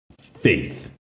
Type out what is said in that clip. Faith